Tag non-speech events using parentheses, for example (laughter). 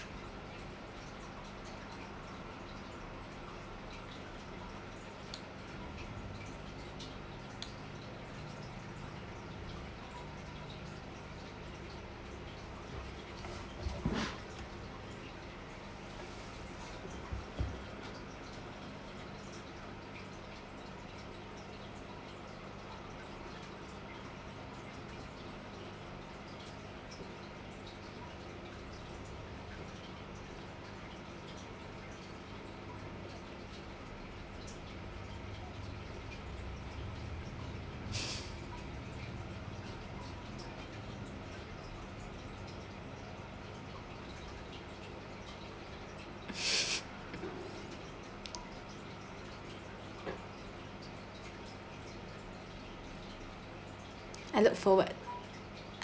(breath) I look forward